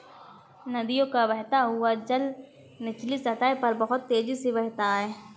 नदियों का बहता हुआ जल निचली सतह पर बहुत तेजी से बहता है